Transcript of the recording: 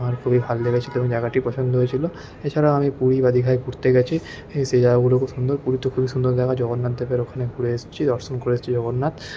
আমার খুবই ভাল লেগেছিল জায়গাটি পছন্দ হয়েছিল এছাড়া আমি পুরী বা দীঘায় ঘুরতে গেছি সেই জায়গাগুলোও খুব সুন্দর পুরী তো খুবই সুন্দর জায়গা জগন্নাথ দেবের ওখানে ঘুরে এসছি দর্শন করে এসছি জগন্নাথ